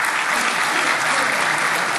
(חברי הכנסת מקדמים בקימה את פני נשיא המדינה.) (מחיאות כפיים) נא לשבת.